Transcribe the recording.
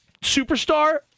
superstar